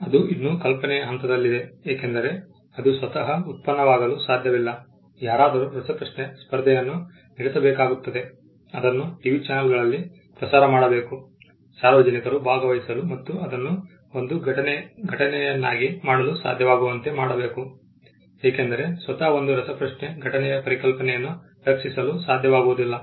ಅದು ಇನ್ನೂ ಕಲ್ಪನೆಯ ಹಂತದಲ್ಲಿದೆ ಏಕೆಂದರೆ ಅದು ಸ್ವತಃ ಉತ್ಪನ್ನವಾಗಲು ಸಾಧ್ಯವಿಲ್ಲ ಯಾರಾದರೂ ರಸಪ್ರಶ್ನೆ ಸ್ಪರ್ಧೆಯನ್ನು ನಡೆಸಬೇಕಾಗುತ್ತದೆ ಅದನ್ನು TV ಚಾನೆಲ್ಗಳಲ್ಲಿ ಪ್ರಸಾರ ಮಾಡಬೇಕು ಸಾರ್ವಜನಿಕರು ಭಾಗವಹಿಸಲು ಮತ್ತು ಅದನ್ನು ಒಂದು ಘಟನೆಯನ್ನಾಗಿ ಮಾಡಲು ಸಾಧ್ಯವಾಗುವಂತೆ ಮಾಡಬೇಕು ಏಕೆಂದರೆ ಸ್ವತಃ ಒಂದು ರಸಪ್ರಶ್ನೆ ಘಟನೆಯ ಪರಿಕಲ್ಪನೆಯನ್ನು ರಕ್ಷಿಸಲು ಸಾಧ್ಯವಾಗುವುದಿಲ್ಲ